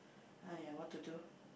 !aiya! what to do